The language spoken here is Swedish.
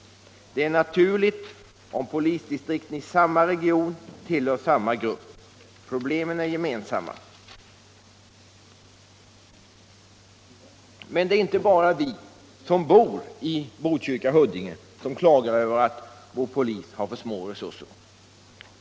Det är naturligt om polisdistrikten i samma region tillhör samma grupp. Problemen är gemensamma. Men det är inte bara vi som bor i Botkyrka och Huddinge som klagar över att vår polis har för små resurser.